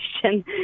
question